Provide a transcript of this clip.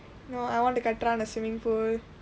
no I want to கட்டுறான் :katduraan a swimming pool